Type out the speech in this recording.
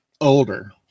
Older